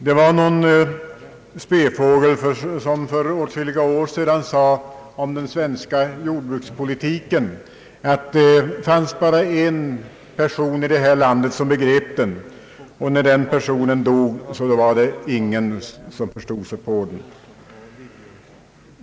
Det var någon spefågel som för åtskilliga år sedan sade om den svenska jordbrukspolitiken, att det bara fanns en person i detta land som begrep den, och när den personen dog var det ingen som förstod sig på den.